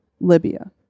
Libya